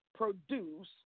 produce